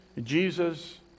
Jesus